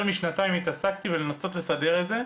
משנתיים התעסקתי לנסות לסדר את זה,